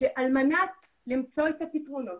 שעל מנת למצוא את הפתרונות,